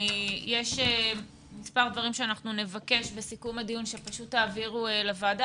יש מספר דברים שאנחנו נבקש בסיכום הדיון שתעבירו לוועדה,